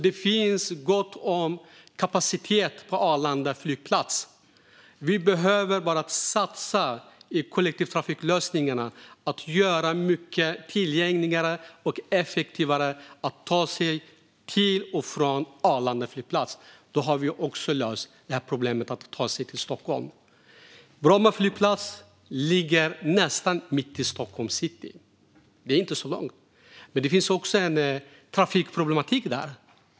Det finns gott om kapacitet på Arlanda flygplats. Vi behöver bara satsa på kollektivtrafiklösningarna för att göra Arlanda flygplats mycket tillgängligare och se till att man kan ta sig till och från Arlanda flygplats på ett effektivare sätt. Då har vi också löst problemet med att ta sig till Stockholm. Bromma flygplats ligger nästan mitt i Stockholms city. Det är inte så långt. Men det finns också en trafikproblematik där.